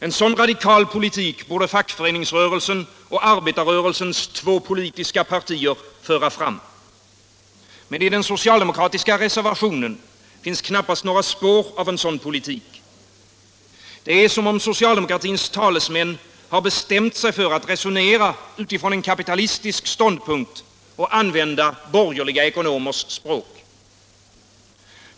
En sådan radikal politik borde fackföreningsrörelsen och arbetarrörelsens två politiska partier föra fram. Men i den socialdemokratiska reservationen finns knappast några spår av en sådan politik. Det är som om socialdemokratins talesmän har bestämt sig för att resonera utifrån en kapitalistisk ståndpunkt och använda borgerliga ekonomers språk.